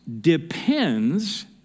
depends